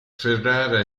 ferrara